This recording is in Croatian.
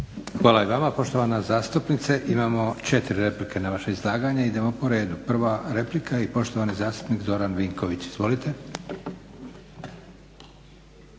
Hvala i vama poštovana zastupnice. Imamo 4 replike na vaše izlaganje. Idemo po redu. Prva replika i poštovani zastupnik Zoran Vinković. Izvolite.